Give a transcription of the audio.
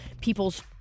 people's